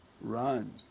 run